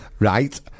Right